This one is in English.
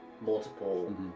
multiple